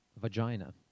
vagina